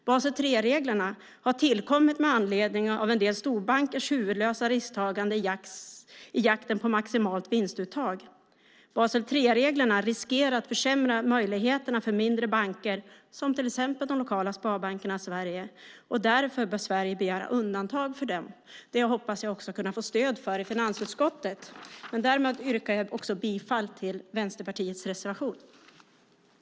Basel 3-reglerna har tillkommit med anledning av en del storbankers huvudlösa risktagande i jakten på maximalt vinstuttag. Basel 3-reglerna riskerar att försämra möjligheterna för mindre banker, till exempel de lokala sparbankerna i Sverige. Därför bör Sverige begära undantag för dessa banker. Jag hoppas kunna få stöd för detta i finansutskottet. Därmed yrkar jag bifall till Vänsterpartiets reservation om sparbankerna, reservation nr 2.